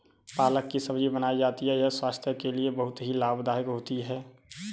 पालक की सब्जी बनाई जाती है यह स्वास्थ्य के लिए बहुत ही लाभदायक होती है